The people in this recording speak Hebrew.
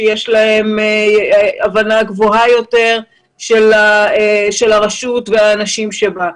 שיש להן הבנה גבוהה יותר של הרשות והאנשים שבה,